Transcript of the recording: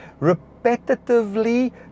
repetitively